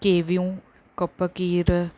केवियूं cup Keer